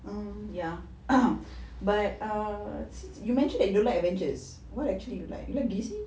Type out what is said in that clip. um ya um but ah you mentioned you don't like avengers what actually you like you like D_C